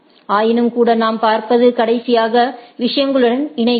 ஆயினும்கூட நாம் பார்ப்பது கடைசியாக விஷயங்களுடன் இணைகிறது